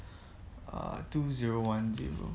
err two zero one zero